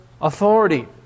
authority